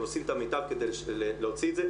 אבל עושים את המיטב כדי להוציא את זה.